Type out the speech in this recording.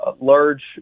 large